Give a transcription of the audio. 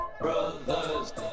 brothers